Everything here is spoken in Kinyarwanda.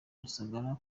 rusagara